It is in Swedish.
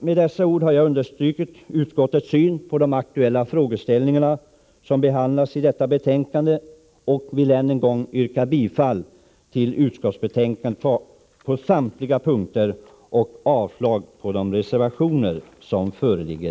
Med dessa ord har jag understrukit utskottets syn på de aktuella frågeställningar som behandlas i detta betänkande. Jag vill än en gång yrka bifall till utskottets hemställan på samtliga punkter, vilket innebär avslag på de reservationer som föreligger.